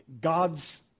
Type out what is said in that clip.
God's